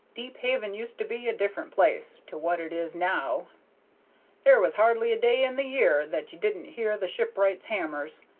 deephaven used to be a different place to what it is now there was hardly a day in the year that you didn't hear the shipwrights' hammers,